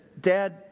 Dad